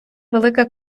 велика